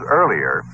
earlier